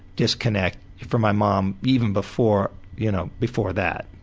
disconnect from my mom even before you know before that.